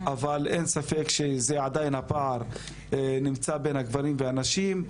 אך אין ספק שזה עדיין הפער שנמצא בין הגברים והנשים.